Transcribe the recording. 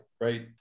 right